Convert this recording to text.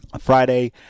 Friday